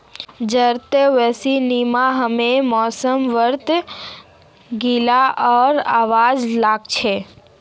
जत्ते बेसी नमीं हछे मौसम वत्ते गीला आर अजब लागछे